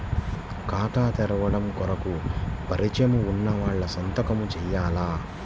ఖాతా తెరవడం కొరకు పరిచయము వున్నవాళ్లు సంతకము చేయాలా?